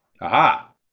Aha